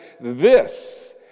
This